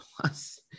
Plus